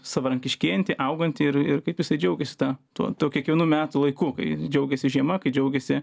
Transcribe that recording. savarankiškėjantį augantį ir ir kaip jisai džiaugiasi ta tuo tuo kiekvienu metų laiku kai džiaugiasi žiema kai džiaugiasi